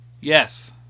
Yes